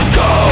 go